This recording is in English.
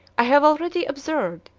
i have already observed,